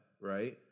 right